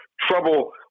trouble